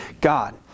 God